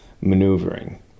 maneuvering